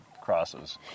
crosses